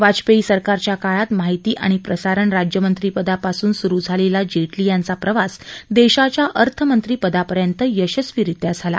वाजपेयी सरकारच्या काळात माहिती आणि प्रसारण राज्यमंत्रीपदापासून सुरु झालेला जेटली यांचा प्रवास देशाच्या अर्थमंत्रीपदापर्यंत यशस्वीरीत्या झाला